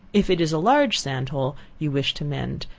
if it is a large sand hole you wish to mend,